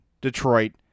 Detroit